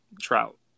Trout